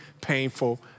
painful